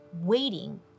waiting